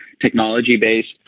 technology-based